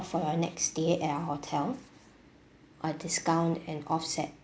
for your next stay at our hotel or discount and offset